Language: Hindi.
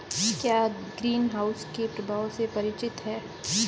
क्या आप ग्रीनहाउस के प्रभावों से परिचित हैं?